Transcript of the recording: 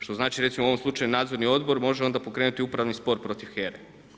Što znači recimo u ovom slučaju nadzorni odbor može onda pokrenuti upravni spor protiv HERA-e.